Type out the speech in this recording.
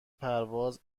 پرواز